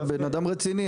אתה בן אדם רציני.